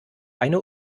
eine